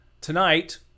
Tonight